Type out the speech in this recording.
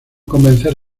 convencer